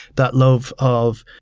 that love of,